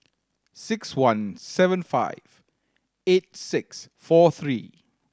six one seven five eight six four three